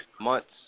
Months